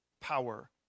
power